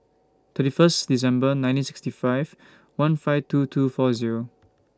thirty First December nineteen sixty five one five two two four Zero